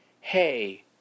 Hey